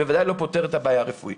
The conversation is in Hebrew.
ובוודאי לא פותר את הבעיה הרפואית